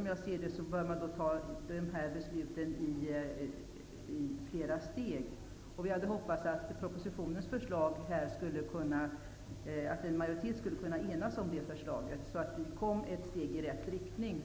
Man bör fatta beslut i flera steg. Vi hade hoppats att en majoritet skulle kunna enas om propositionens förslag, så att vi skulle kunna gå ett steg i rätt riktning.